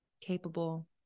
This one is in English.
capable